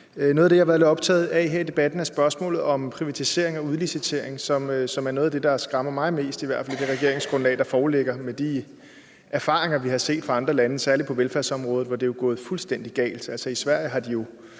Noget af det, jeg har været lidt optaget af her i debatten, er spørgsmålet om privatisering og udlicitering, som er noget af det, der i hvert fald skræmmer mig mest i det regeringsgrundlag, der foreligger, med de erfaringer, vi har set i andre lande, altså særlig på velfærdsområdet, hvor det jo er gået fuldstændig galt.